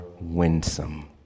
winsome